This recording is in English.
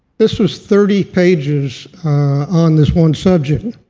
this was thirty pages on this one subject.